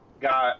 got